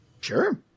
Sure